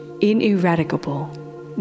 ineradicable